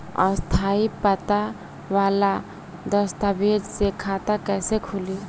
स्थायी पता वाला दस्तावेज़ से खाता कैसे खुली?